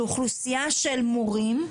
של אוכלוסיה של מורים,